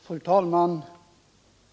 Fru talman!